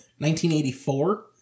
1984